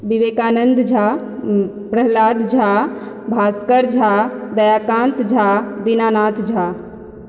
Vivekananda Jha Prahlad Jha Bhaskar Jha Dayakant Jha Dinanath Jha